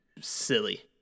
silly